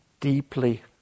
deeply